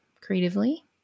creatively